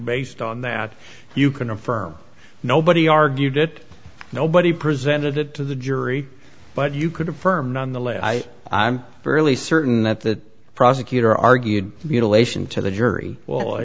based on that you can affirm nobody argued it nobody presented it to the jury but you could affirm nonetheless i i'm fairly certain that the prosecutor argued mutilation to the jury